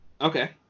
Okay